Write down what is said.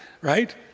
Right